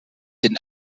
den